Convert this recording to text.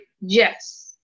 yes